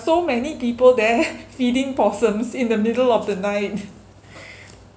so many people there feeding possums in the middle of the night